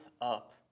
up